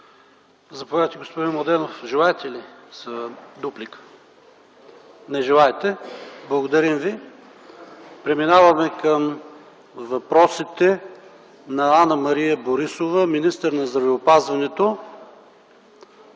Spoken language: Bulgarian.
Заповядайте, господин Младенов. Желаете ли дуплика? Не желаете. Благодарим Ви. Преминаваме към въпросите на Анна-Мария Борисова – министър на здравеопазването,